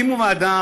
הקימו ועדה,